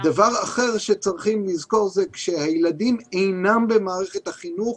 דבר אחר שצריכים לזכור כשהילדים אינם במערכת החינוך,